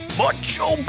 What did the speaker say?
macho